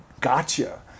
gotcha